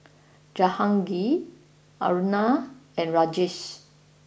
Jahangir Aruna and Rajesh